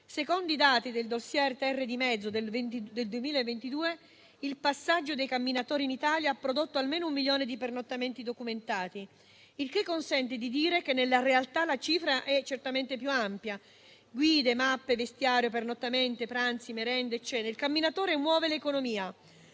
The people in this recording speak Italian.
Secondo i dati del *dossier* Terre di mezzo del 2022, il passaggio dei camminatori in Italia ha prodotto almeno un milione di pernottamenti documentati. Il che consente di dire che, nella realtà, la cifra è certamente più ampia. Guide, mappe, vestiario, pernottamenti, pranzi, merende e cene: il camminatore muove l'economia,